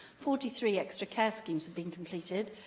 forty three extra-care schemes have been completed,